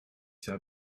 sehr